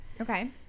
okay